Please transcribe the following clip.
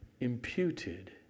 imputed